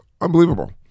unbelievable